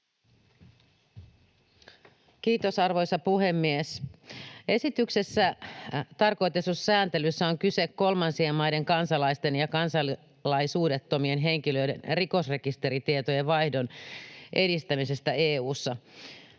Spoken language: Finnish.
Kiitos, arvoisa puhemies! Esityksessä tarkoitetussa sääntelyssä on kyse kolmansien maiden kansalaisten ja kansalaisuudettomien henkilöiden rikosrekisteritietojen vaihdon edistämisestä EU:ssa.